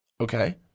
Okay